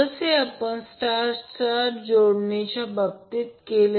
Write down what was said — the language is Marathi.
जसे आपण स्टार स्टार जोडणीच्या केसमध्ये केले